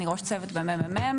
אני ראש צוות בממ״מ.